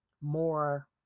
more